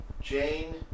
Jane